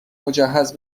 مجهز